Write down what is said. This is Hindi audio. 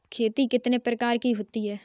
खेती कितने प्रकार की होती है?